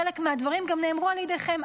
חלק מהדברים גם נאמרו על ידיכם,